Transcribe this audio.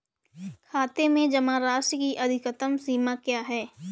खाते में जमा राशि की अधिकतम सीमा क्या है?